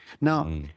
Now